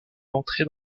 entrait